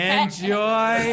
Enjoy